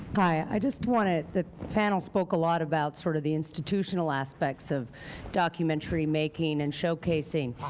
i just want to the panel spoke a lot about sort of the institutional aspects of documentary-making and showcasing.